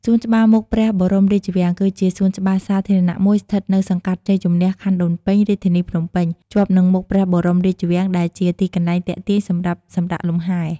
សួនច្បារមុខព្រះបរមរាជវាំង គឺជាសួនច្បារសាធារណៈមួយស្ថិតនៅសង្កាត់ជ័យជំនះ ខណ្ឌដូនពេញ រាជធានីភ្នំពេញ ជាប់នឹងមុខព្រះបរមរាជវាំង ដែលជាទីកន្លែងទាក់ទាញសម្រាប់ សម្រាកលំហែ។